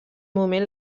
moment